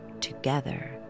together